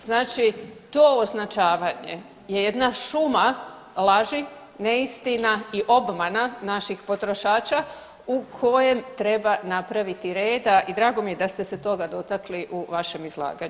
Znači to označavanje je jedna šuma laži, neistina i obmana naših potrošača u kojem treba napraviti reda i drago mi je da ste se toga dotakli u vašem izlaganju.